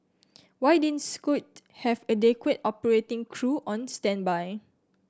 why didn't Scoot have adequate operating crew on standby